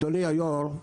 אדוני היושב-ראש,